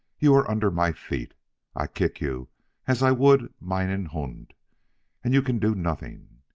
you are under my feet i kick you as i would meinen hund and you can do nothing.